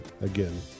Again